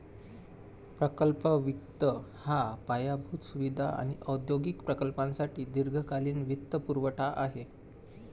प्रकल्प वित्त हा पायाभूत सुविधा आणि औद्योगिक प्रकल्पांसाठी दीर्घकालीन वित्तपुरवठा आहे